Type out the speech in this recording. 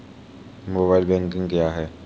Mobile banking क्या है?